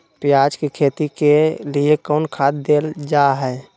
प्याज के खेती के लिए कौन खाद देल जा हाय?